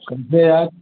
कब से यार